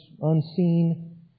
unseen